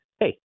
hey